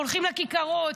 הולכים לכיכרות,